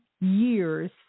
years